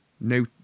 No